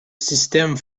système